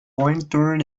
lantern